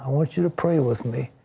want you to pray with me.